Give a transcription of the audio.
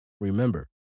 remember